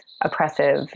oppressive